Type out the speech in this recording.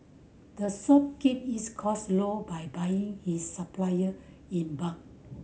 the shop keep its cost low by buying its supplier in bulk